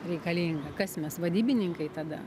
reikalinga kas mes vadybininkai tada